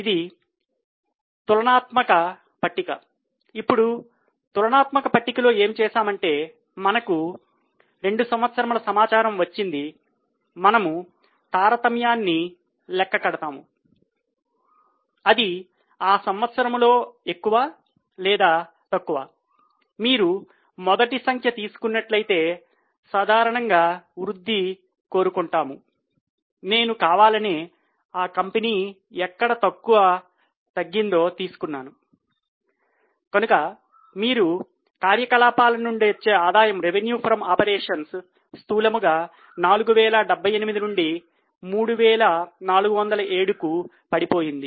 మనము తులనాత్మక పట్టిక స్థూలంగా 4078 నుండి 3407కు పడిపోయింది